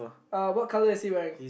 uh what colour is he wearing